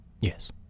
Yes